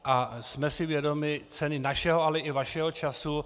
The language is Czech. A jsme si vědomi ceny našeho, ale i vašeho času.